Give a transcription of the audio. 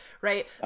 right